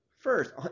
first